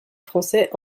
français